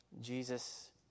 Jesus